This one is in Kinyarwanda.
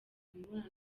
imibonano